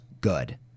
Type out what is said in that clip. good